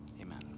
amen